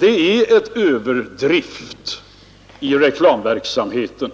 finns en överdrift i reklamverksamheten.